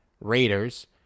Raiders